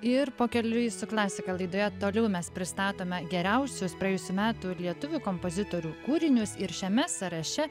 ir pakeliui su klasika laidoje toliau mes pristatome geriausius praėjusių metų lietuvių kompozitorių kūrinius ir šiame sąraše